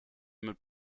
mit